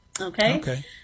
Okay